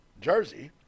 Jersey